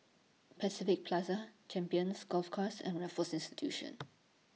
Pacific Plaza Champions Golf Course and Raffles Institution